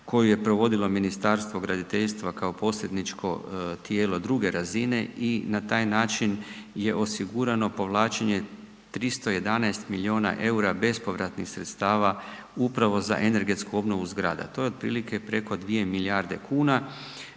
koju je provodilo Ministarstvo graditeljstva kao posredničko tijelo druge razine i na taj način je osigurano povlačenje 311 miliona EUR-a bespovratnih sredstava upravo za energetsku obnovu zgrada. TO je otprilike preko 2 milijarde kuna